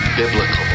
biblical